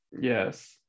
Yes